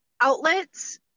outlets